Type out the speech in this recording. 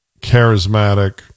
charismatic